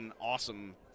awesome